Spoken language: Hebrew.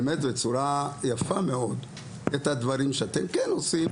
בצורה יפה מאוד, את הדברים שאתם כן עושים